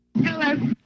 Hello